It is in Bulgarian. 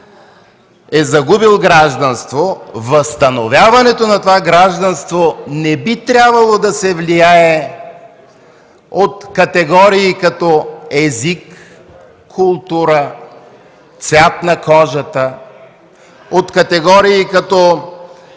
е загубил гражданство, възстановяването на това гражданство не би трябвало да се влияе от категории като език, култура, цвят на кожата, категории като